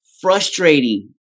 frustrating